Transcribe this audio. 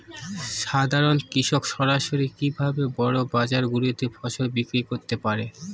সাধারন কৃষক সরাসরি কি ভাবে বড় বাজার গুলিতে ফসল বিক্রয় করতে পারে?